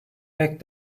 pek